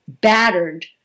battered